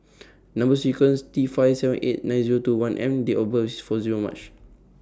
Number sequence T five seven eight nine Zero two one M and Date of birth gour March